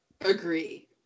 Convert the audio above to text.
Agree